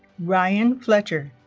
ryan fletcher